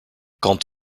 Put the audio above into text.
quant